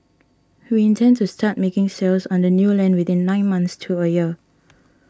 we intend to start making sales on the new land within nine months to a year